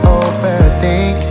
overthink